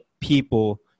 people